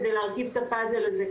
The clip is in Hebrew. כדי להרכיב את הפאזל הזה,